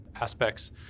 aspects